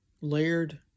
layered